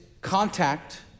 contact